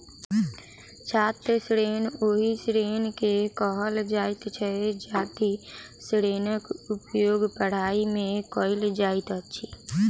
छात्र ऋण ओहि ऋण के कहल जाइत छै जाहि ऋणक उपयोग पढ़ाइ मे कयल जाइत अछि